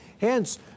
Hence